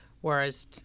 whereas